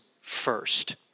first